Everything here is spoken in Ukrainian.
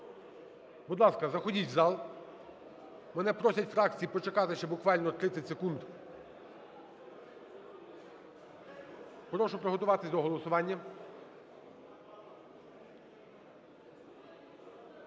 Будь ласка, заходіть в зал. Мене просять фракції почекати ще буквально 30 секунд. Прошу приготуватись до голосування.